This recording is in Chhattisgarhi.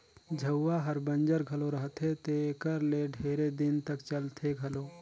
झउहा हर बंजर घलो रहथे तेकर ले ढेरे दिन तक चलथे घलो